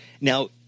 Now